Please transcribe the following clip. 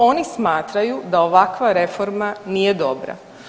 Oni smatraju da ovakva reforma nije dobra.